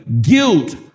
guilt